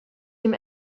dem